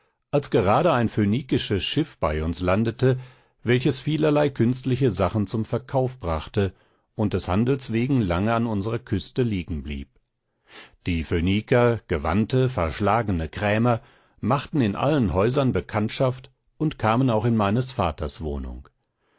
als gerade ein phönikisches schiff bei uns landete welches vielerlei künstliche sachen zum verkauf brachte und des handels wegen lange an unserer küste liegen blieb die phöniker gewandte verschlagene krämer machten in allen häusern bekanntschaft und kamen auch in meines vaters wohnung